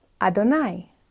Adonai